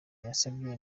yasabye